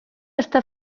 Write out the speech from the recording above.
està